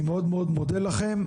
אני מאוד מודה לכם.